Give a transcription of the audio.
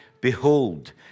Behold